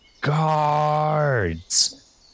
guards